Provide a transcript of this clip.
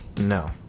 No